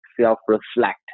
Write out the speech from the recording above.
self-reflect